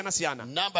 Number